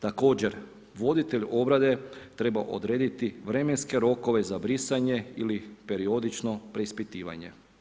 Također, voditelj obrade treba odrediti vremenske rokove za brisanje ili periodično preispitivanje.